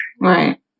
Right